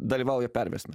dalyvauja pervesime